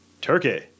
Turkey